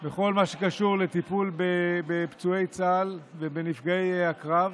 בכל מה שקשור לטיפול בפצועי צה"ל ובנפגעי הקרב.